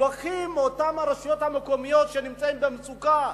לוקחים מאותן רשויות מקומיות שנמצאות במצוקה,